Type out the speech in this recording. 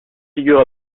figure